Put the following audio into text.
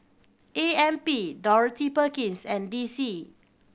A M P Dorothy Perkins and D C